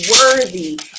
worthy